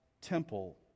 temple